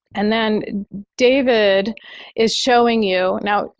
and then david is showing you now,